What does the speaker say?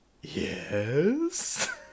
yes